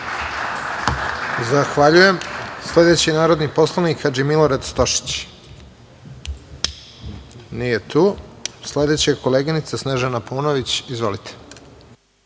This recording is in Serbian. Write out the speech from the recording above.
Zahvaljujem. Sledeći narodni poslanik je Hadži Milorad Stošić. Nije tu. Sledeća je koleginica Snežana Paunović. Izvolite.